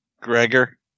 Gregor